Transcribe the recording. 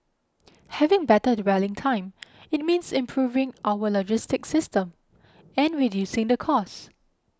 having better dwelling time it means improving our logistic system and reducing the cost